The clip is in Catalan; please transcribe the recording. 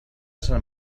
sant